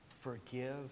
forgive